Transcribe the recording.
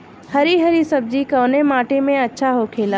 हरी हरी सब्जी कवने माटी में अच्छा होखेला?